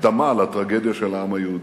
הקדמה לטרגדיה של העם היהודי.